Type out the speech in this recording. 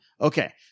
Okay